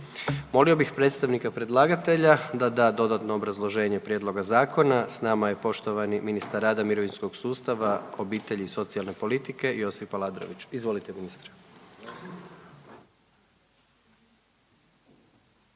Molio bih predstavnika predlagatelja da da dodatno obrazloženje prijedloga zakona. S nama je poštovani ministar rada, mirovinskog sustava, obitelji i socijalne politike Josip Aladrović, izvolite ministre.